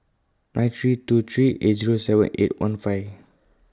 nine three two three eight Zero seven eight one five